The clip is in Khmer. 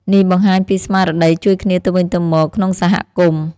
នេះបង្ហាញពីស្មារតីជួយគ្នាទៅវិញទៅមកក្នុងសហគមន៍។